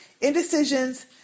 indecisions